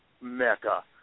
mecca